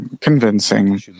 convincing